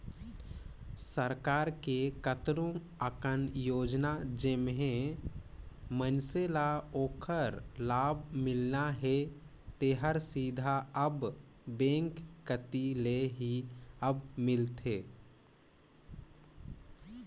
सरकार के कतनो अकन योजना जेम्हें मइनसे ल ओखर लाभ मिलना हे तेहर सीधा अब बेंक कति ले ही अब मिलथे